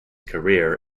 career